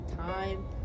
time